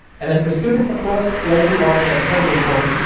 and then for students, of course, the other two ah rs are incredibly important.